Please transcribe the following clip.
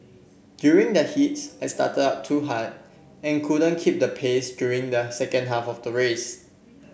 during the heats I started out too hard and couldn't keep the pace during the second half of the race